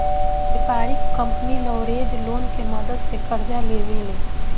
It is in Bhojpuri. व्यापारिक कंपनी लेवरेज लोन के मदद से कर्जा लेवे ले